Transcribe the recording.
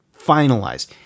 finalized